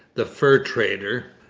the fur trader,